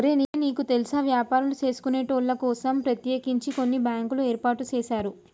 ఒరే నీకు తెల్సా వ్యాపారులు సేసుకొనేటోళ్ల కోసం ప్రత్యేకించి కొన్ని బ్యాంకులు ఏర్పాటు సేసారు